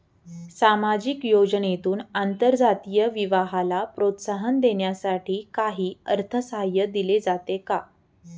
सामाजिक योजनेतून आंतरजातीय विवाहाला प्रोत्साहन देण्यासाठी काही अर्थसहाय्य दिले जाते का?